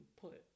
put